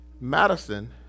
Madison